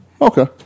Okay